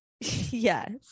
Yes